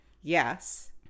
yes